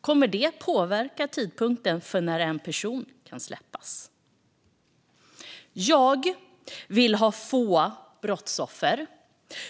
Kommer det att påverka tidpunkten för när en person kan släppas? Jag vill ha få brottsoffer.